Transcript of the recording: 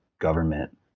government